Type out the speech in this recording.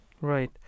Right